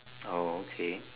oh okay